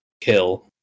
kill